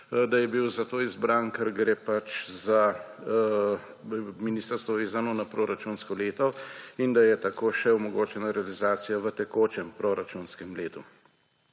da je bil zato izbran, ker gre pač za ministrstvo vezano na proračunsko leto in da je tako še omogočena realizacija v tekočem proračunskem letu.